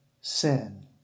sin